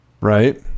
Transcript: Right